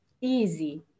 easy